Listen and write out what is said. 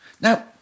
Now